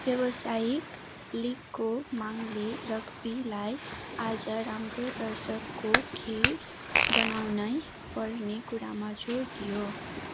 व्यावसायिक लीगको मागले रग्बीलाई आज राम्रो दर्शकको खेल बनाउनै पर्ने कुरामा जोड दियो